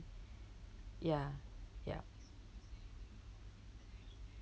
ya yup